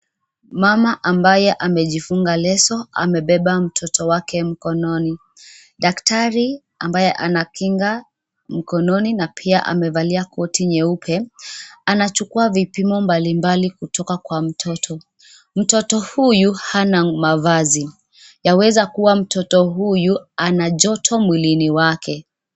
Mama ambaye amejifunga leso amebeba mtoto wake mkononi. Daktari ambaye ana kinga mkononi na pia amevalia koti nyeupe, anachukua vipimo mbalimbali kutoka kwa mtoto. Mtoto huyu hana mavazi, yaweza kuwa mtoto huyu ana joto mwilini wake.